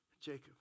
Jacob